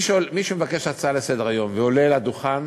מי שמבקש הצעה לסדר-היום ועולה לדוכן,